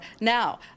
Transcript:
Now